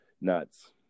nuts